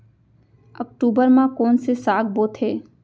अक्टूबर मा कोन से साग बोथे?